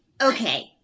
Okay